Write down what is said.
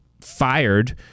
fired